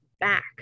back